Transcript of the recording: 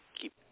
keep